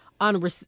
on